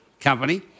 company